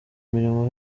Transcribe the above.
imirimo